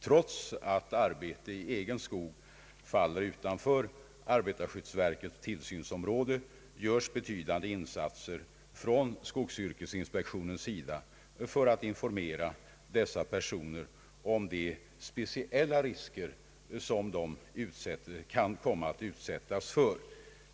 Trots att arbete i egen skog faller utanför arbetarskyddsverkets tillsynsområde, görs betydande insatser från skogsyrkesinspektionens sida för att informera dessa personer om alla speciella risker som de kan komma att utsättas för.